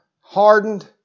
hardened